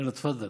יאללה, תפדל.